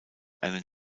einen